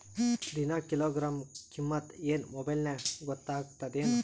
ದಿನಾ ಕಿಲೋಗ್ರಾಂ ಕಿಮ್ಮತ್ ಏನ್ ಮೊಬೈಲ್ ನ್ಯಾಗ ಗೊತ್ತಾಗತ್ತದೇನು?